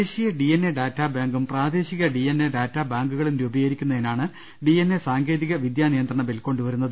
ദേശീയ D N A data ബാങ്കും പ്രാദേശിക ഡി എൻ എ ഡാറ്റാ ബാങ്കുകളും രൂപീകരിക്കുന്നതിനാണ് ഡി എൻ എ സാങ്കേതിക വിദ്യാ നിയന്ത്രണ ബിൽ കൊണ്ടുവരുന്നത്